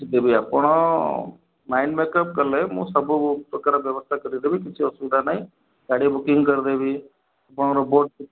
ଯଦି ବି ଆପଣ ମାଇଣ୍ଡ୍ ମେକପ୍ କଲେ ମୁଁ ସବୁ ପ୍ରକାର ବ୍ୟବସ୍ଥା କରିଦେବି କିଛି ଅସୁବିଧା ନାହିଁ ଗାଡ଼ି ବୁକିଂ କରିଦେବି ଆପଣଙ୍କର ବୋଟ୍